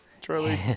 Charlie